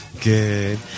Good